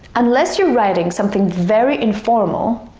unless you're writing something very informal,